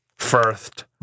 First